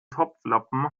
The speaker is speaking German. topflappen